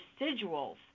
residuals